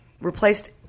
Replaced